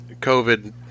COVID